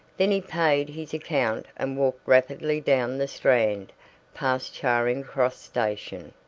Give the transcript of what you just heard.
then he paid his account and walked rapidly down the strand past charing cross station.